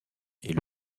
est